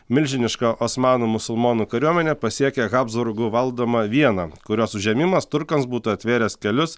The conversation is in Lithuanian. milžiniška osmanų musulmonų kariuomenė pasiekė habsburgų valdomą vieną kurios užėmimas turkams būtų atvėręs kelius